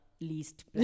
least